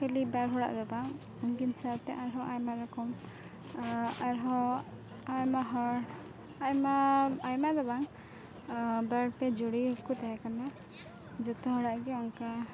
ᱠᱷᱟᱹᱞᱤ ᱵᱟᱨ ᱦᱚᱲᱟᱜᱫᱚ ᱵᱟᱝ ᱩᱝᱠᱤᱱ ᱥᱟᱶᱛᱮ ᱟᱨᱦᱚᱸ ᱟᱭᱢᱟ ᱨᱚᱠᱚᱢ ᱟᱨᱦᱚᱸ ᱟᱭᱢᱟ ᱦᱚᱲ ᱟᱭᱢᱟ ᱟᱭᱢᱟᱫᱚ ᱵᱟᱝ ᱵᱟᱨ ᱯᱮ ᱡᱩᱨᱤ ᱠᱚ ᱛᱮᱦᱮᱸ ᱠᱟᱱᱟ ᱡᱚᱛᱚ ᱦᱚᱲᱟᱜ ᱜᱮ ᱚᱝᱠᱟ